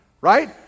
right